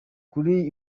kuri